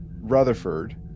Rutherford